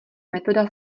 metoda